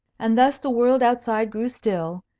and thus the world outside grew still,